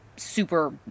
Super